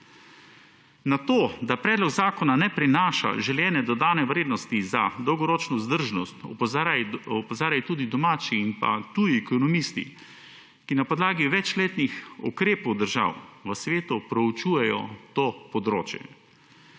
Na to, da predlog zakona ne prinaša željene dodane vrednosti za dolgoročno vzdržnost, opozarjajo tudi domači in tuji ekonomisti, ki na podlagi večletnih ukrepov držav v svet proučujejo to področje.